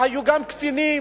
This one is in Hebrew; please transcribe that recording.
והיו גם קצינים,